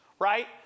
right